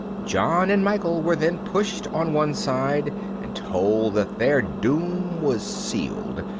john and michael were then pushed on one side and told that their doom was sealed,